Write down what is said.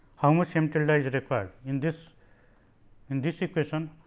how much m tilde is required? in this in this equation,